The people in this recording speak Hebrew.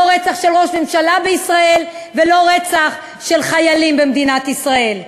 לא רצח של ראש ממשלה בישראל ולא רצח של חיילים במדינת ישראל.